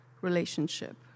relationship